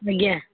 ଆଜ୍ଞା